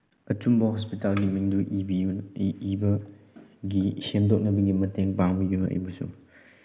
ꯑꯆꯨꯝꯕ ꯍꯣꯁꯄꯤꯇꯥꯜꯒꯤ ꯃꯤꯡꯗꯨ ꯏꯕꯤꯌꯨ ꯏꯕꯒꯤ ꯁꯦꯝꯗꯣꯛꯅꯕꯒꯤ ꯃꯇꯦꯡ ꯄꯥꯡꯕꯤꯌꯨ ꯑꯩꯕꯨꯁꯨ